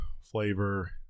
flavor